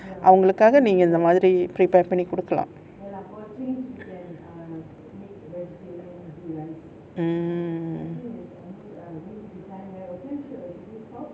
அவங்களுக்காக நீங்க இந்த மாதிரி:avangalukkaaga neenga intha maathiri prepare பண்ணி குடுக்கலாம்:kudukalaam mm